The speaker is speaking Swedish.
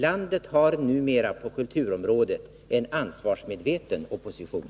Landet har numera på kulturområdet en ansvarsmedveten opposition.